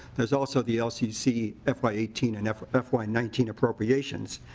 there's also the lcc fy eighteen and fy nineteen appropriations.